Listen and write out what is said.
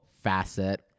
facet